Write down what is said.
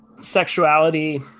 sexuality